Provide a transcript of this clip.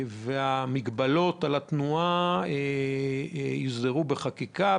המגבלות על התנועה יוסדרו בחקיקה,